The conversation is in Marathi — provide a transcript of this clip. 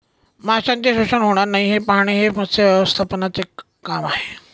माशांचे शोषण होणार नाही हे पाहणे हे मत्स्य व्यवस्थापनाचे काम आहे